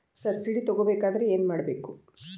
Subsidy ತಗೊಬೇಕಾದರೆ ಏನು ಮಾಡಬೇಕು?